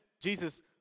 Jesus